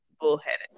bullheaded